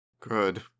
Good